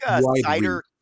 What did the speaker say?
cider